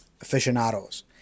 aficionados